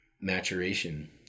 maturation